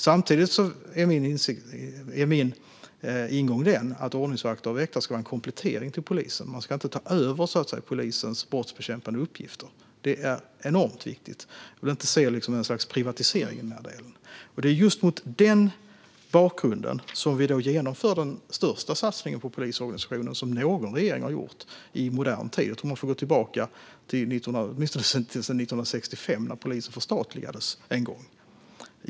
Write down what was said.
Samtidigt är min ingång att ordningsvakter och väktare ska vara en komplettering till polisen. De ska inte ta över polisens brottsbekämpande uppgifter. Det är enormt viktigt. Jag vill inte se en sorts privatisering av den delen. Det är mot just den bakgrunden som vi genomför den största satsning på polisorganisationen som någon regering har gjort i modern tid. Jag tror att man får gå tillbaka till åtminstone 1965, då polisen förstatligades.